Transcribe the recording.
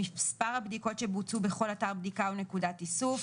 מספר הבדיקות שבוצעו בכל אתר בדיקה או נקודת איסוף,